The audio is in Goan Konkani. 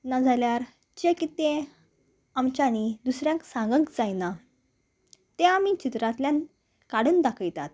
नाजाल्यार जें कितें आमच्यानी दुसऱ्यांक सांगक जायना तें आमी चित्रांतल्यान काडून दाखयतात